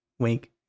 wink